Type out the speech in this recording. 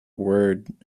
word